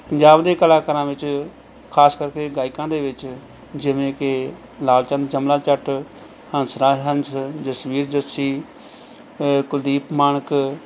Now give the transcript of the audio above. ਪੰਜਾਬ ਦੇ ਕਲਾਕਾਰਾਂ ਵਿੱਚ ਖ਼ਾਸ ਕਰਕੇ ਗਾਇਕਾਂ ਦੇ ਵਿੱਚ ਜਿਵੇਂ ਕਿ ਲਾਲ ਚੰਦ ਯਮਲਾ ਜੱਟ ਹੰਸਰਾਜ ਹੰਸ ਜਸਵੀਰ ਜੱਸੀ ਕੁਲਦੀਪ ਮਾਣਕ